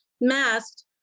masked